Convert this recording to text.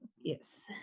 Yes